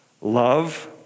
love